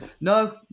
no